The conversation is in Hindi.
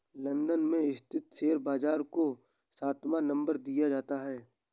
लन्दन में स्थित शेयर बाजार को सातवां नम्बर दिया जाता है